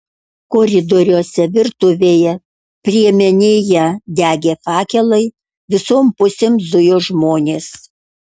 koridoriuose virtuvėje priemenėje degė fakelai visom pusėm zujo žmonės